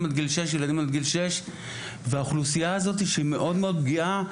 עד גיל שש אבל האוכלוסייה הזאת שהיא מאוד מאוד פגיעה,